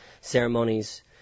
ceremonies